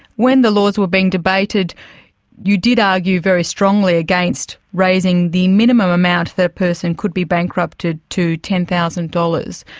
when the laws were being debated you did argue very strongly against raising the minimum amount that a person could be bankrupted to ten thousand dollars.